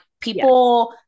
people